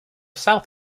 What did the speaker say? south